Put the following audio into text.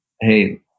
Hey